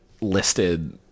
listed